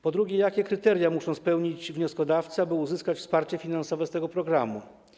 Po drugie, jakie kryteria muszą spełnić wnioskodawcy, by uzyskać wsparcie finansowe z tego programu?